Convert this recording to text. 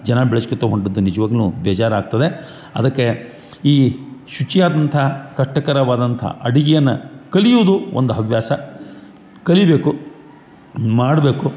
ಜನ ಬೆಳ್ಶ್ಕತಗೊಂಡದ್ದು ನಿಜ್ವಾಗ್ಲ್ನು ಬೇಜಾರಾಗ್ತದೆ ಅದಕ್ಕೆ ಈ ಶುಚಿಯಾದಂಥ ಕಷ್ಟಕರವಾದಂಥ ಅಡಿಗೆಯನ್ನು ಕಲಿಯುದು ಒಂದು ಹವ್ಯಾಸ ಕಲಿಬೇಕು ಮಾಡಬೇಕು